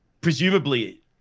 presumably